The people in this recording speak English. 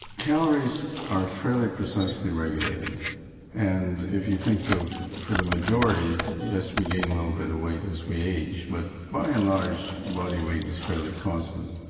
calories are fairly precisely regulated and if you think of for the majority yes, we gain a little bit of weight as we age, but by and large body weight is fairly constant.